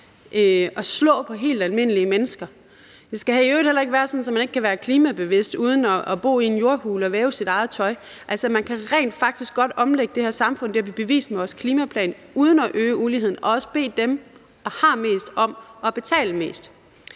at slå på helt almindelige mennesker. Det skal i øvrigt heller ikke være sådan, at man ikke kan være klimabevidst uden at bo i en jordhule og væve sit eget tøj. Altså, man kan rent faktisk godt omlægge det her samfund – det har vi bevist med vores klimaplan – uden at øge uligheden og også bede dem, der har mest, om at betale mest.